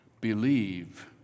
Believe